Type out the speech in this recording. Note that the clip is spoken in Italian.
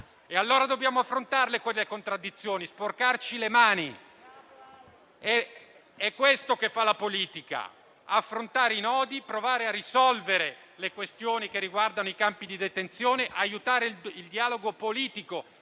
Allora dobbiamo affrontare quelle contraddizioni, sporcarci le mani. È questo che fa la politica: affrontare i nodi, provare a risolvere le questioni che riguardano i campi di detenzione, aiutare il dialogo politico.